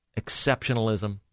exceptionalism